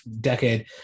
decade